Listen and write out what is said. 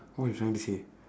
what you trying to say